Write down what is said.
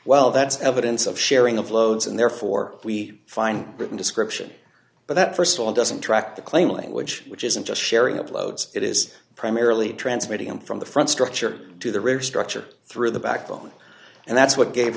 well that's evidence of sharing of loads and therefore we find written description but that st of all doesn't track the claim language which isn't just sharing uploads it is primarily transmitting them from the front structure to the river structure through the backbone and that's what gave